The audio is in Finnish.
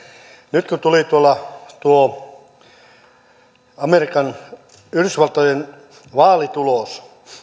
nyt kun tuli tuo yhdysvaltojen vaalitulos